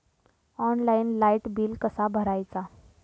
Online light bill कसा भरायचा?